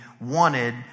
wanted